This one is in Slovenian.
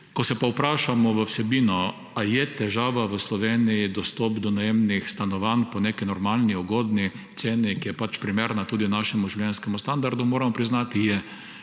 Ko se pa vprašamo o vsebini, ali je v Sloveniji težava dostop do najemnih stanovanj po neki normalni, ugodni ceni, ki je primerna tudi našemu življenjskemu standardu, moramo priznati, da